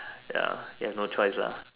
ya ya no choice lah